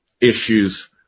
issues